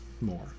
more